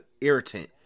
irritant